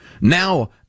now